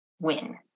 win